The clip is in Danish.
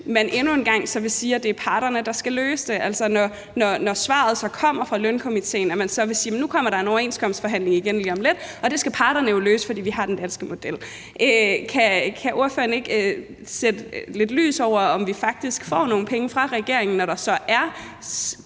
man endnu en gang så vil sige, at det er parterne, der skal løse det. Altså, at man, når svaret fra lønstrukturkomitéen så kommer, vil sige: Nu kommer der en overenskomstforhandling igen lige om lidt, og det skal parterne jo løse, fordi vi har den danske model. Kan ordføreren ikke kaste lidt lys over, om vi så faktisk får nogle penge fra regeringen, når der så er